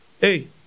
Hey